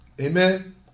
Amen